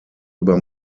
über